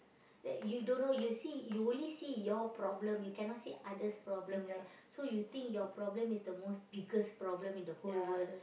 that you don't know you see you only see your problem you cannot see others' problem right so you think your problem is the most biggest problem in the whole world